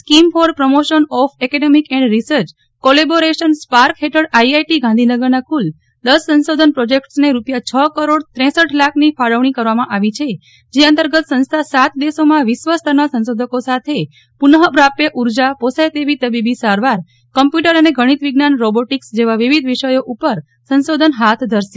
scheme for promotion of academic and research collaboration SPARC હેઠળ IIT ગાંધીનગરના કુલ દસ સંશોધન પ્રોજેક્ટ્સને રૂપિાય છ કરોડ હુઉ લાખની ફાળવણી કરવામાં આવી છે જે અંતર્ગત સંસ્થા સાત દેશોમાં વિશ્વસ્તરના સંશોધકો સાથે પુનઃ પ્રાપ્ય ઊર્જા પોસાય તેવી તબીબી સારવાર કમ્પ્યુટર અને ગણિત વિજ્ઞાન રોબોટીક્સ જેવા વિવિધ વિષયો ઉપર સંશોધન હાથ ધરશે